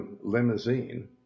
limousine